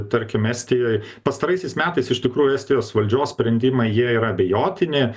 tarkim estijoj pastaraisiais metais iš tikrųjų estijos valdžios sprendimai jie yra abejotini